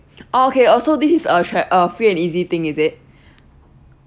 oh okay also this a tra~ uh free and easy thing is it